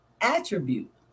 attribute